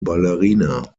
ballerina